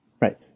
Right